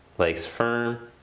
legs firm.